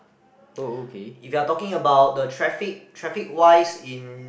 if you're talking about the traffic traffic wise in